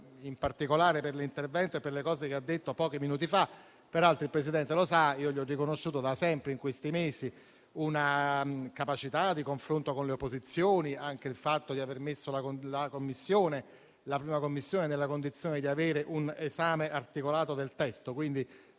in particolare per l'intervento e per le cose che ha detto pochi minuti fa. Peraltro, il Presidente sa che gli ho riconosciuto sempre, in questi mesi, una capacità di confronto con le opposizioni, oltre al fatto di aver messo la 1a Commissione nella condizione di avere un esame articolato del testo.